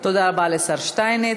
תודה רבה לשר שטייניץ.